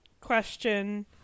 question